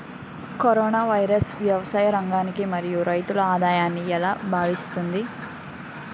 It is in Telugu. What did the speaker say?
కరోనా వైరస్ వ్యవసాయ రంగాన్ని మరియు రైతుల ఆదాయాన్ని ఎలా ప్రభావితం చేస్తుంది?